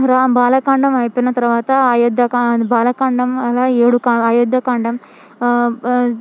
రామ బాలకాండం అయిపోయిన తర్వాత అయోధ్య కాండం బాలకాండ అలా ఏడు కాండ అయోధ్య కాండం